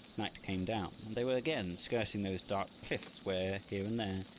night came down, and they were again skirting those dark cliffs, where, here and there,